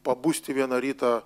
pabusti vieną rytą